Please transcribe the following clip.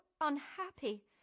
unhappy